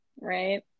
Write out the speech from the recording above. right